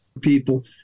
people